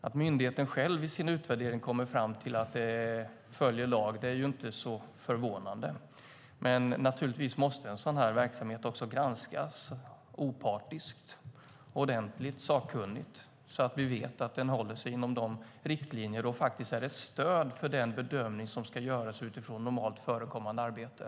Att myndigheten i sin egen utvärdering kommer fram till att man följer lag är inte så förvånande, men naturligtvis måste en sådan verksamhet granskas opartiskt, ordentligt och sakkunnigt så att vi vet att den håller sig inom riktlinjerna och är ett stöd för den arbetsförmågebedömning som ska göras utifrån normalt förekommande arbete.